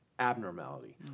abnormality